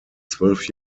zwölf